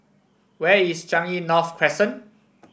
where is Changi North Crescent